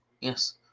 Yes